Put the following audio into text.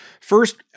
first